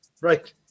Right